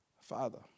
Father